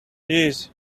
jeez